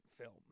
film